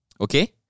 okay